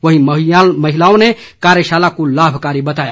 वहीं महिलाओं ने कार्यशाला को लाभकारी बताया